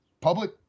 public